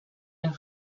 and